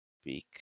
speak